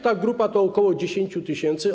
Ta grupa to ok. 10 tys.